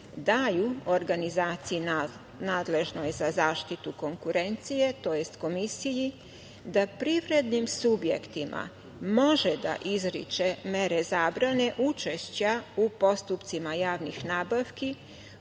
daju organizaciji nadležnoj za zaštitu konkurencije, tj. Komisiji, da privrednim subjektima može da izriče mere zabrane učešća u postupcima javnih nabavki